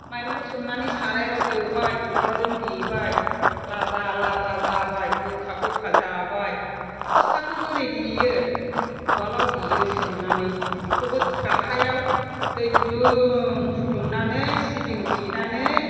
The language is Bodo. माइरंखौ सोमनानै सारायाव एवबाय उवालजों देबाय लाद्रा लाद्रा जाबाय बोखा बोखा जाबाय फिथाखौ बोरै देयो उवालआव देयो सोमनानै बेखौबो गारहायाव दै गुदुं फुंदुंनानै सिबिं देनानै